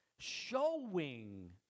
showing